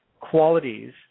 qualities